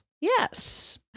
Yes